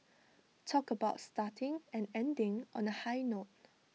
talk about starting and ending on A high note